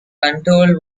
control